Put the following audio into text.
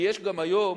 כי יש גם, היום,